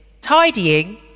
tidying